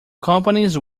companies